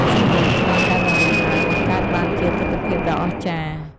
សំនៀងច្រៀងដែលបន្លឺឡើង បង្កើតបានជាទិដ្ឋភាពដ៏អស្ចារ្យ។